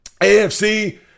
AFC